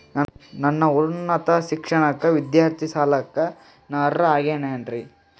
ನನ್ನ ಉನ್ನತ ಶಿಕ್ಷಣಕ್ಕ ವಿದ್ಯಾರ್ಥಿ ಸಾಲಕ್ಕ ನಾ ಅರ್ಹ ಆಗೇನೇನರಿ?